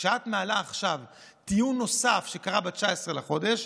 כשאת מעלה עכשיו טיעון נוסף שקרה ב-19 בחודש,